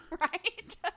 Right